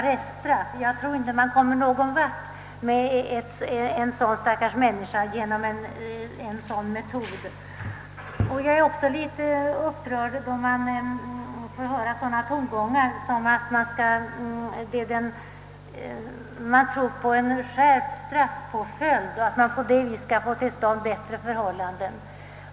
Nej, jag tror inte man kommer någon vart med sådana stackars människor genom dylika metoder. Jag blir också upprörd när jag får höra tongångar som går ut på att en skärpt straffpåföljd skulle skapa bättre förhållanden.